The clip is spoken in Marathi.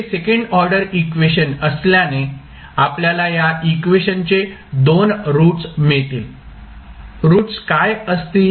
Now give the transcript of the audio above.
हे सेकंड ऑर्डर इक्वेशन असल्याने आपल्याला या इक्वेशन चे दोन रूट्स मिळतील रूट्स काय असतील